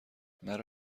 مرا